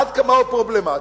עד כמה הוא פרובלמטי,